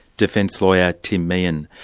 defence lawyer, tim meehan.